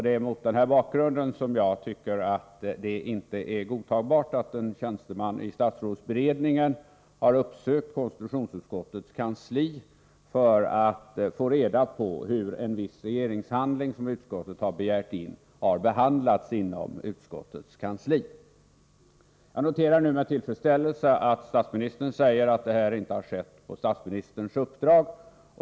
Det är mot denna bakgrund som jag tycker att det inte är godtagbart att en tjänsteman i statsrådsberedningen uppsökt konstitutionsutskottets kansli för att få reda på hur en viss regeringshandling, som utskottet begärt in, har behandlats inom utskottets kansli. Jag noterar nu med tillfredsställelse att statsministern säger att detta inte skett på hans uppdrag.